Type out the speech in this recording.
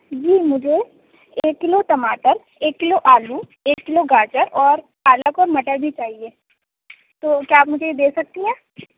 جی مجھے ایک کلو ٹماٹر ایک کلو آلو ایک کلو گاجر اور پالک اور مٹر بھی چاہیے تو کیا آپ مجھے یہ دے سکتی ہیں